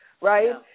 right